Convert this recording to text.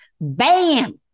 bam